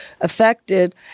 affected